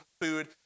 food